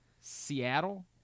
Seattle